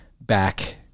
back